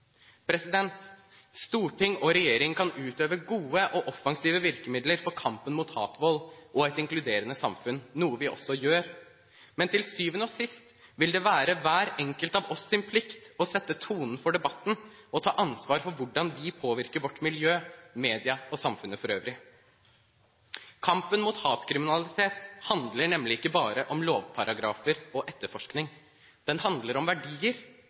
Storting og regjering kan få på plass gode og offensive virkemidler i kampen mot hatvold og kampen for et inkluderende samfunn, noe vi også gjør. Men til syvende og sist vil det være hver enkelt av oss sin plikt å sette tonen for debatten og ta ansvar for hvordan vi påvirker vårt miljø, media og samfunnet for øvrig. Kampen mot hatkriminalitet handler nemlig ikke bare om lovparagrafer og etterforskning. Den handler om verdier.